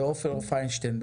עופר פיינשטיין,